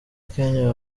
kenya